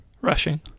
rushing